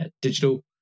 digital